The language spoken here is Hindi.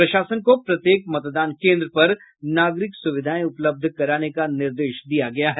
प्रशासन को प्रत्येक मतदान केन्द्र पर नागरिक सुविधाएं उपलब्ध कराने का निर्देश दिया गया है